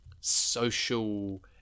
social